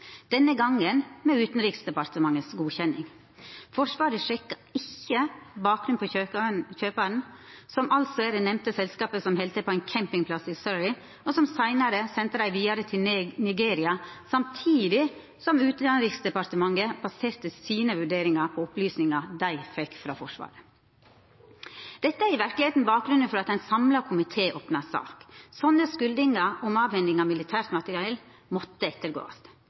denne gongen med godkjenning frå Utanriksdepartementet. Forsvaret sjekka ikkje bakgrunnen til kjøparen, som altså er det nemnde selskapet, som held til på ein campingplass i Surrey, og som seinare sende båtane vidare til Nigeria, samtidig som Utanriksdepartementet baserte sine vurderingar på opplysningar dei fekk frå Forsvaret. Dette er i verkelegheita bakgrunnen for at ein samla komité opna sak. Slike skuldingar om avhending av militært materiell måtte